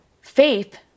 faith